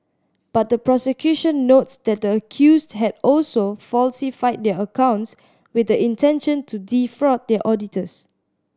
but the prosecution notes that the accused had also falsified their accounts with the intention to defraud their auditors